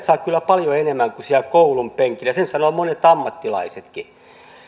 saa kyllä paljon enemmän kuin siellä koulunpenkillä ja sen sanovat monet ammattilaisetkin